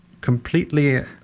completely